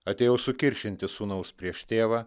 atėjau sukiršinti sūnaus prieš tėvą